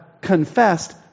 confessed